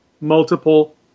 multiple